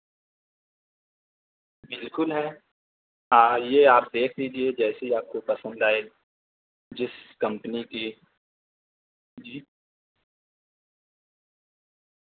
بالکل ہیں یہ آپ دیکھ لیجیے جیسی آپ کو پسند آئے جس کمپنی کی جی